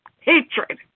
Hatred